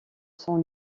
son